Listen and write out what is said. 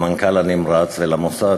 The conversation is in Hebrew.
למנכ"ל הנמרץ, ולמוסד,